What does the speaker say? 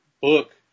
book